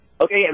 Okay